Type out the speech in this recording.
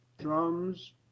drums